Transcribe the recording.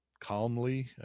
Calmly